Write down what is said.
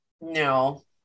no